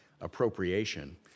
appropriation